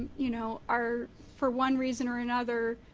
you know are for one reason or another,